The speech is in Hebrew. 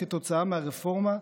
כתוצאה מהרפורמה,